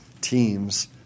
teams